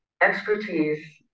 expertise